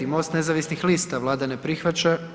MOST nezavisnih lista, Vlada ne prihvaća.